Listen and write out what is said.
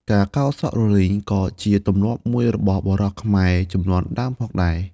ការកោរសក់រលីងក៏ជាទម្លាប់មួយរបស់បុរសខ្មែរជំនាន់ដើមផងដែរ។